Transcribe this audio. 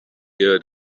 heard